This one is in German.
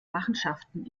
machenschaften